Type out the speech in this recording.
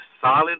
solid